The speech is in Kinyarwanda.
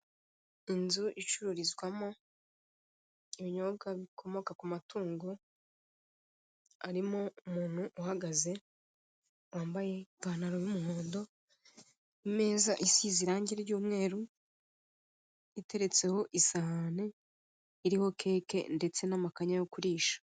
Inzu icururizwamo ibinyobwa bikomoka ku matungo, harimo umuntu uhagaze wambaye ipantaro y'umuhondo, imeza isize irange ry'umweru iteretseho isahani, iriho keke ndetse n'amakanya yo kurisha.